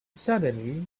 suddenly